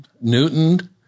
Newton